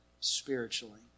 spiritually